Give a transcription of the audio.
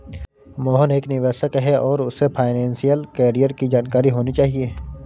मोहन एक निवेशक है और उसे फाइनेशियल कैरियर की जानकारी होनी चाहिए